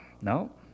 No